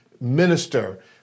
minister